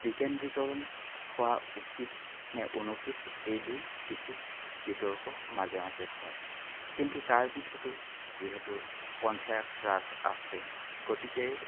বিকেন্দ্ৰীকৰৰণ হোৱা উচিত নে অনুচিত এই লৈ কিছু বিতৰ্ক মাজে মাজে হয় কিন্তু তাৰ পিছতো যিহেতু পঞ্চায়ত ৰাজ আছে গতিকে